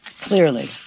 Clearly